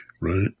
right